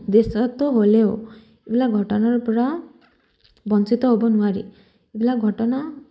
হ'লেও এইবিলাক ঘটনাৰ পৰা বঞ্চিত হ'ব নোৱাৰি এইবিলাক ঘটনা